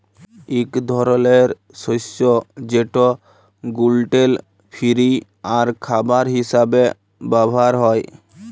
ইক ধরলের শস্য যেট গ্লুটেল ফিরি আর খাবার হিসাবে ব্যাভার হ্যয়